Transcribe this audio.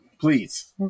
please